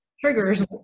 triggers